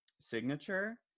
signature